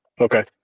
Okay